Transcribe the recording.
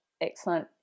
Excellent